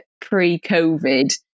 pre-COVID